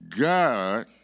God